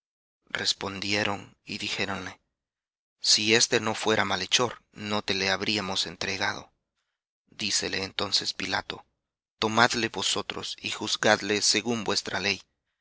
respondieron y dijéronle si éste no fuera malhechor no te le habríamos entregado díceles entonces pilato tomadle vosotros y juzgadle según vuestra ley